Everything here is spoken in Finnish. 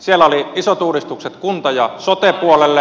siellä oli isot uudistukset kunta ja sote puolelle